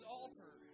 altar